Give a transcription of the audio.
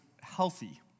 healthy